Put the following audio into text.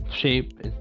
Shape